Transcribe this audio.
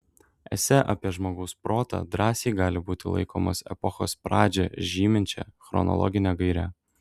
esė apie žmogaus protą drąsiai gali būti laikomas epochos pradžią žyminčia chronologine gaire